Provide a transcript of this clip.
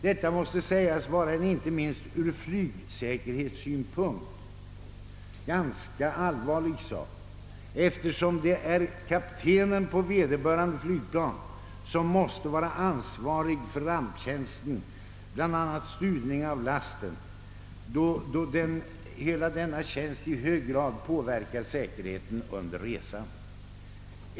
Detta måste sägas vara en, inte minst ur flygsäkerhetssynpunkt, ganska allvarlig sak, eftersom kaptenen på vederbörande flygplan måste ansvara för ramptjänsten, bl.a. stuvning av lasten, då hela denna tjänst i hög grad påverkar säkerheten under resan.